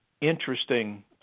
interesting